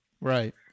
Right